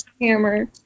hammer